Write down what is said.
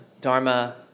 Dharma